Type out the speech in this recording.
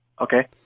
Okay